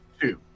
Two